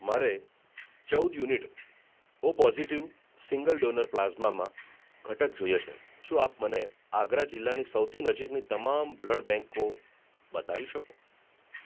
મારે ચૌદ unit O positive single donor પ્લાઝમામાં ઘટક જોઈએ છે શું આપ મને આગ્રા જિલ્લાની સૌથી નજીકની તમામ બ્લડ બેન્કો બતાવી શકો